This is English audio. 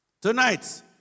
tonight